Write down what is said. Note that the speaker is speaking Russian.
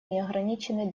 неограниченный